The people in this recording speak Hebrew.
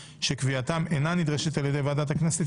שקביעתם אינה נדרשת על ידי ועדת הכנסת,